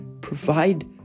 provide